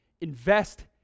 Invest